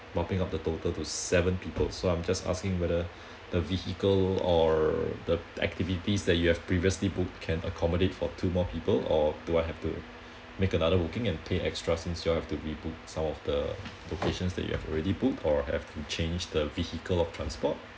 bumping out the total to seven people so I'm just asking whether the vehicle or the activities that you have previously booked can accommodate for two more people or do I have to make another booking and pay extra since you have to rebook some of the locations that you have already booked or have to change the vehicle or transport